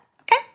Okay